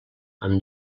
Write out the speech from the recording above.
amb